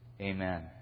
Amen